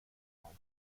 one